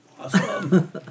awesome